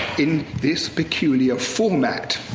in this peculiar format.